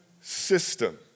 system